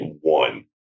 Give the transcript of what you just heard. one